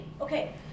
Okay